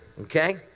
okay